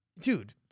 Dude